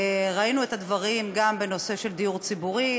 ראינו את הדברים גם בנושא של דיור ציבורי,